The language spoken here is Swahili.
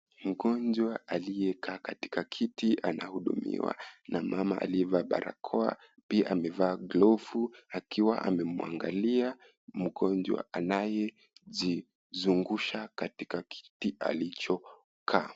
Mgonjwa aliyekaa katika kiti anahudumiwa na mama aliyevaa barakoa. Pia amevaa glovu akiwa amemwangalia mgonjwa anayejizungusha katika kiti alichokaa.